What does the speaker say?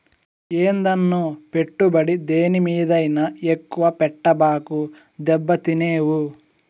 ఏందన్నో, పెట్టుబడి దేని మీదైనా ఎక్కువ పెట్టబాకు, దెబ్బతినేవు